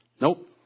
Nope